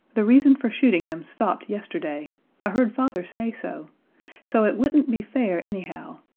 the reason for shooting him stopped yesterday i heard father say so so it wouldn't be fair, anyhow.